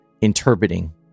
interpreting